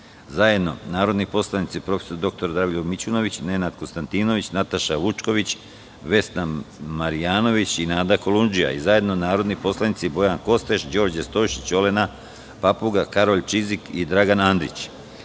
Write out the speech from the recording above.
zajedno narodni poslanici prof. dr Dragoljub Mićunović, Nenad Konstantinović, Nataša Vučković, Vesna Marjanović i Nada Koluncija i zajedno narodni poslanici Bojan Kostreš, Đorđe Stojšić, Olena Papuga, Karolj Čizik i Dragan Andrić. Vlada